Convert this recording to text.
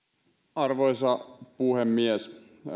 arvoisa puhemies